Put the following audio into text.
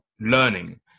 learning